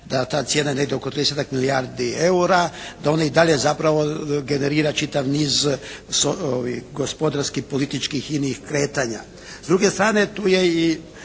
je ta cijena negdje oko tridesetak milijardi eura, da ona i dalje zapravo generira čitav niz gospodarskih, političkih i inih kretanja. S druge strane tu je i